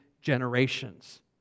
generations